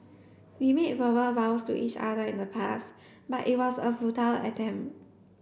we made verbal vows to each other in the past but it was a futile attempt